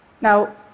Now